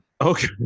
Okay